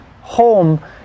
home